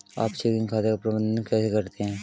आप चेकिंग खाते का प्रबंधन कैसे करते हैं?